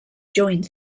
joined